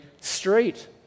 street